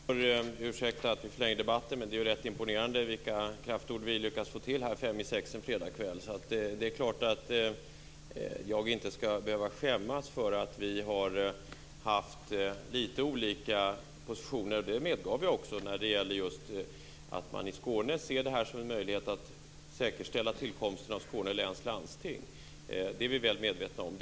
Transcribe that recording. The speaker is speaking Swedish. Fru talman! Ursäkta att jag förlänger debatten, men det är ju rätt imponerande med de kraftord som vi lyckas att få till här fem i sex på en fredagskväll. Det är klart att jag inte skall behöva skämmas för att vi har haft litet olika positioner, vilket jag också medgav när det gäller att man i Skåne ser detta som en möjlighet att säkerställa tillkomsten av Skåne läns landsting. Det är vi väl medvetna om.